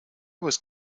was